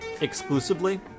Exclusively